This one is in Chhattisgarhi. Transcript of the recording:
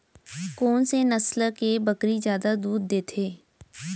कोन से नस्ल के बकरी जादा दूध देथे